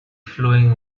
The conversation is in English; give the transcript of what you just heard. flowing